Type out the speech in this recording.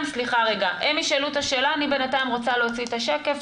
אני בינתיים רוצה להוציא את השקף.